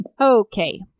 Okay